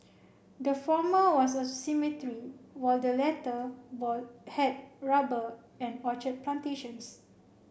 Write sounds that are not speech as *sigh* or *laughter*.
the former was a *unintelligible* were the latter *unintelligible* had rubber and orchard plantations